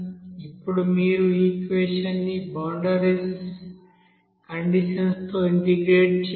ఇప్పుడు మీరు ఈ ఈక్వెషన్ ని బౌండరీ కండీషన్స్ తో ఇంటెగ్రేట్ చేయాలి